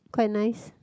quite nice